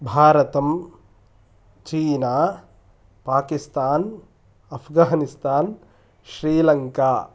भारतम् चीना पाकिस्तान् अफ्गानिस्तान् श्रीलङ्का